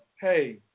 hey